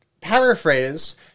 paraphrased